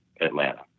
Atlanta